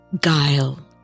guile